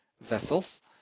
vessels